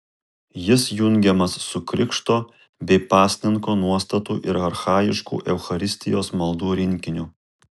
jis jungiamas su krikšto bei pasninko nuostatų ir archajiškų eucharistijos maldų rinkiniu